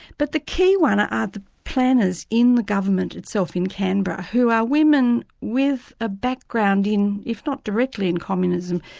but the key one are the planners in the government itself, in canberra, who are women with a background in if not directly in communism,